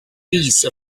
piece